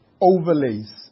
overlays